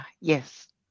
yes